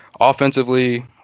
Offensively